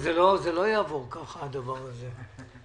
זה לא יעבור ככה, הדבר הזה.